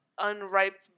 unripe